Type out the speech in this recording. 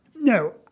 no